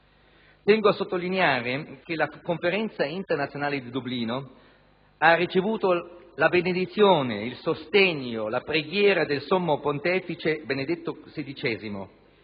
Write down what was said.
Tengo a sottolineare che la Conferenza internazionale di Dublino ha ricevuta la benedizione, il sostegno, la preghiera del sommo Pontefice Benedetto XVI,